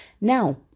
Now